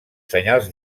senyals